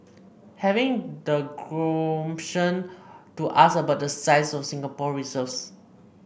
having the gumption to ask about the size of Singapore reserves